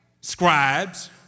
Scribes